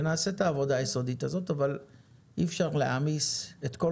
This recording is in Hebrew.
ונעשה את העבודה היסודית הזאת אבל אי אפשר להעמיס את כל